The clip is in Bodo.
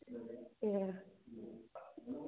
ए